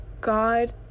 god